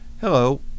Hello